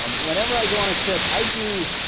um whenever i go on a trip, i do